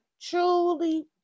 truly